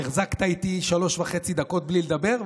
החזקת איתי שלוש וחצי דקות בלי לדבר,